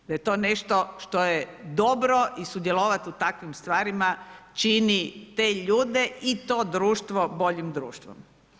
Da je to nešto što je dobro i sudjelovati u takvim stvarima čini te ljude i to društvo boljim društvom.